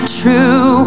true